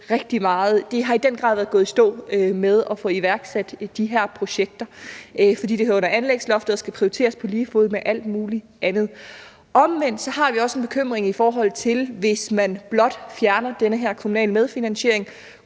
af, at det i den grad har været gået stå med at få iværksat de her projekter, fordi de hører under anlægsloftet og skal prioriteres på lige fod med alt muligt andet. Omvendt har vi også en bekymring i forhold til, at man blot fjerner den her kommunale medfinansiering.